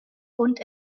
und